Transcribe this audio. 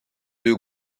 deux